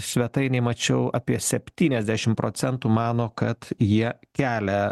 svetainėj mačiau apie septyniasdešim procentų mano kad jie kelia